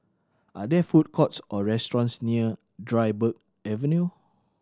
are there food courts or restaurants near Dryburgh Avenue